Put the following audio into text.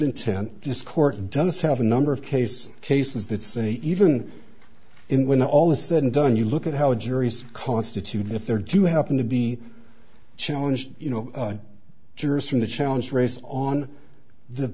intent this court does have a number of case cases that say even when all is said and done you look at how juries constitute if they're to happen to be challenged you know jurors from the challenge race on the